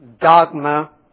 dogma